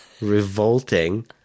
Revolting